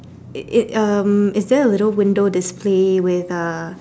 it it um is there a little window display with uh